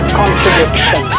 contradiction